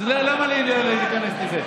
אז למה לי להיכנס לזה?